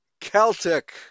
Celtic